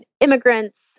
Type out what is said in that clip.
immigrants